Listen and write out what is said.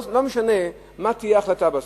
לא משנה מה תהיה ההחלטה בסוף,